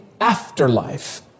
afterlife